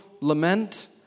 lament